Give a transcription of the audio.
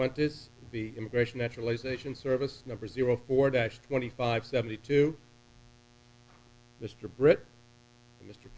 what is the immigration naturalization service number zero for dash twenty five seventy two mr britt m